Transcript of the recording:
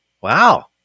Wow